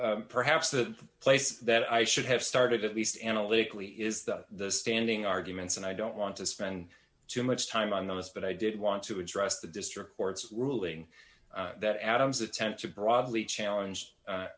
that perhaps the place that i should have started at least analytically is the standing arguments and i don't want to spend too much time on this but i did want to address the district court's ruling that adams attempt to broadly challenge